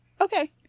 Okay